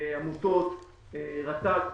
עמותות, רת”ג.